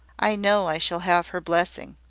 i know i shall have her blessing.